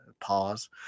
Pause